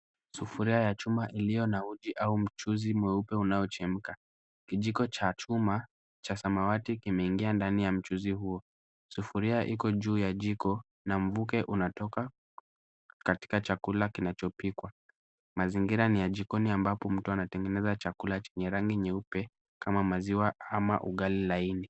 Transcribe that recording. Sufuria ya chuma iliyo na uji au mchuzi mweupe unaochemka. Kijiko cha chuma cha samawati kimeingia ndani ya mchuzi huo. Sufuria iko juu ya jiko na mvuke unatoka katika chakula kinachopikwa. Mazingira ni ya jikoni ambapo mtu anatengeneza chakul chenye rangi nyeupe kama maziwa ama ugali laini.